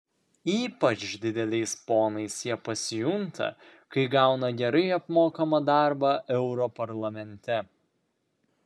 ypač dideliais ponais jie pasijunta kai gauna gerai apmokamą darbą europarlamente